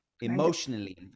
emotionally